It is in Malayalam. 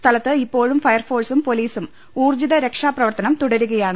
സ്ഥലത്ത് ഇപ്പോഴും ഫയർഫോഴ്സും പൊലീസും ഊർജ്ജിത രക്ഷാപ്രവർത്തനം തുടരുകയാണ്